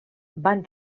van